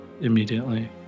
immediately